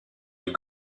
les